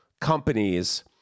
companies